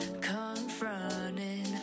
confronting